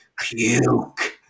Puke